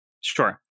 sure